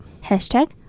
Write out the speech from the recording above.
Hashtag